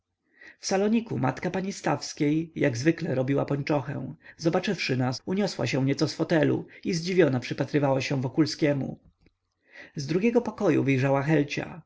w saloniku matka pani stawskiej jak zwykle robiła pończochę zobaczywszy nas uniosła się nieco z fotelu i zdziwiona przypatrywała się wokulskiemu z drugiego pokoju wyjrzała helcia